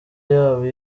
yaba